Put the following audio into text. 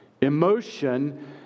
emotion